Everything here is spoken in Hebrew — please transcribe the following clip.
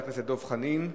אין מתנגדים ואין נמנעים.